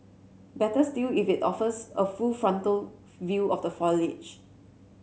better still if it offers a full frontal view of the foliage